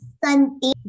santi